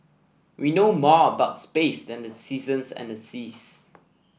we know more about space than the seasons and the seas